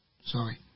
sorry